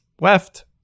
left